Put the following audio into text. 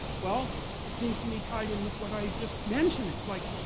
well, it seems to me tied in with what i just mentioned. it's like,